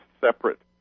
separate